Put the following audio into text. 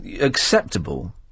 acceptable